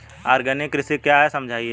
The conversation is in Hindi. आर्गेनिक कृषि क्या है समझाइए?